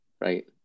right